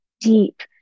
deep